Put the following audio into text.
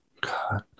God